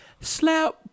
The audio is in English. Slap